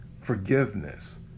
forgiveness